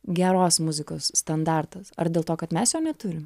geros muzikos standartas ar dėl to kad mes neturim